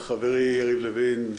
חברי יריב לוין.